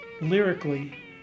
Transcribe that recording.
lyrically